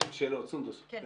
שאלות, סונדוס, כן.